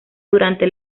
durante